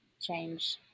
change